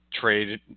trade –